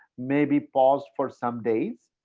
maybe paused for some days,